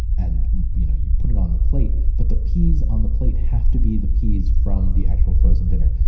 and you know you put it on the plate, but the peas on the plate have to be the peas from the actual frozen dinner.